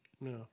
No